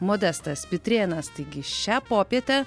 modestas pitrėnas taigi šią popietę